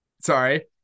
Sorry